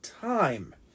time